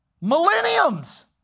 millenniums